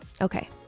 Okay